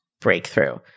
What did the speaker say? breakthrough